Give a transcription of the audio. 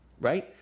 right